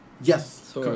Yes